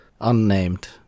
unnamed